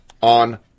on